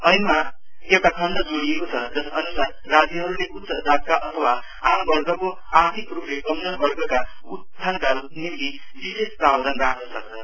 Enma एउटा खण्ड जोडिएको छ जसअनुसार राज्यहरुले उच्च जातका अथवा आम वर्गको आर्थिक रुपले कमजोर वर्गको उत्थानका निम्ति विशेष प्रवधान राख्न सक्छन्